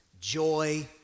joy